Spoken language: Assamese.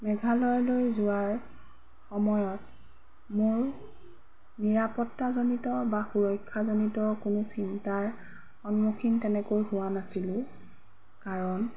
মেঘালয়লৈ যোৱাৰ সময়ত মোৰ নিৰাপত্তাজনিত বা সুৰক্ষাজনিত কোনো চিন্তাৰ সন্মুখীন তেনেকৈ হোৱা নাছিলোঁ কাৰণ